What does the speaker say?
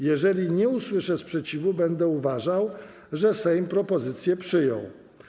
Jeżeli nie usłyszę sprzeciwu, będę uważał, że Sejm propozycję przyjął.